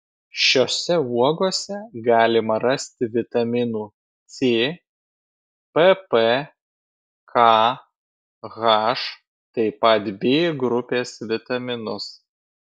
šiose uogose galima rasti vitaminų c pp k h taip pat b grupės vitaminus